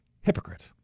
Hypocrite